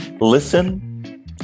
listen